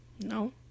No